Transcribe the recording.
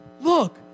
look